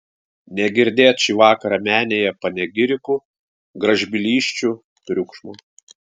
negirdėt šį vakarą menėje panegirikų gražbylysčių triukšmo